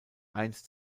einst